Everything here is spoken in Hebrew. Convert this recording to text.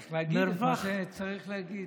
צריך להגיד את מה שצריך להגיד.